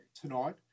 tonight